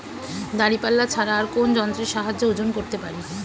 দাঁড়িপাল্লা ছাড়া আর কোন যন্ত্রের সাহায্যে ওজন করতে পারি?